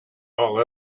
all